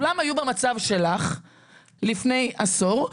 כולן היו במצב שלך לפני עשור,